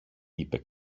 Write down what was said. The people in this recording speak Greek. είπε